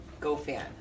GoFan